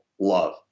love